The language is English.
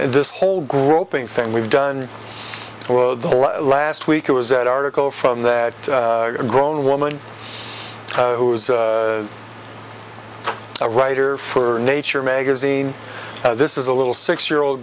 now this whole groping thing we've done for the last week it was that article from that a grown woman who was a writer for nature magazine this is a little six year old